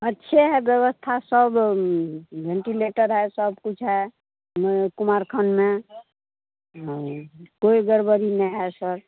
अच्छे हैं व्यवस्था सब वेंटीलेटर है सब कुछ है उसमें कुमारखंड में हाँ कोई गड़बड़ी नहीं है सर